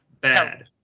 bad